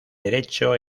derecho